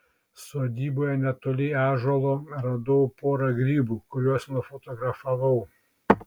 sodyboje netoli ąžuolo radau porą grybų kuriuos nufotografavau